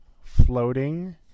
floating